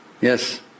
Yes